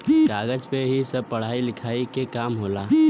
कागज पे ही सब पढ़ाई लिखाई के काम होला